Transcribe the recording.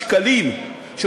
לפני כחודש,